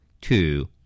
two